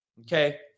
Okay